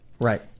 Right